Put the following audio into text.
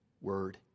Word